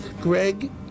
Greg